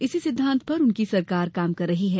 इसी सिद्वांत पर उनकी सरकार काम कर रही है